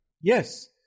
Yes